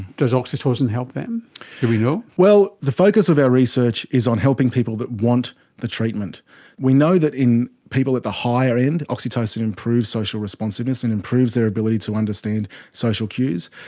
does oxytocin help them, do we know? well, the focus of our research is on helping people that want the treatment we know that in people at the higher end, oxytocin improves social responsiveness and improves their ability to understand social cues.